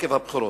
עקב הבחירות.